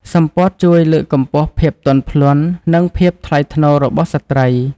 សំពត់ជួយលើកកម្ពស់ភាពទន់ភ្លន់និងភាពថ្លៃថ្នូររបស់ស្ត្រី។